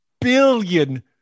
billion